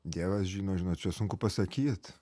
dievas žino žinot čia sunku pasakyt